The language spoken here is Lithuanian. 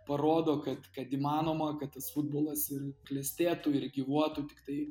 parodo kad kad įmanoma kad tas futbolas ir klestėtų ir gyvuotų tiktai